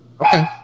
Okay